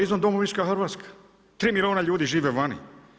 Izvandomovinska Hrvatska, 3 milijuna ljudi žive vani.